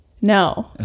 No